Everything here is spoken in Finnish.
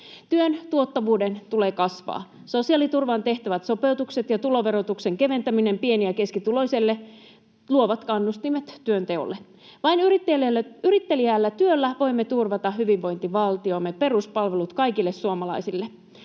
Työn tuottavuuden tulee kasvaa. Sosiaaliturvaan tehtävät sopeutukset ja tuloverotuksen keventäminen pieni- ja keskituloisille luovat kannustimet työnteolle. Vain yritteliäällä työllä voimme turvata hyvinvointivaltiomme peruspalvelut kaikille suomalaisille.